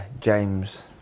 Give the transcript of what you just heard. James